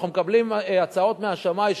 אנחנו מקבלים הצעות מהשמאי,